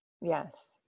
Yes